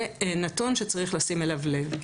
זה נתון שצריך לשים אליו לב.